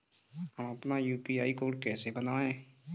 हम अपना UPI code कैसे बनाएँ?